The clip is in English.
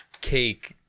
cake